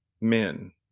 men